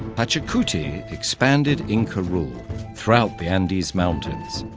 pachacuti expanded inca rule throughout the andes mountains,